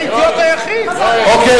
אוקיי.